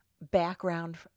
background